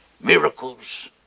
miracles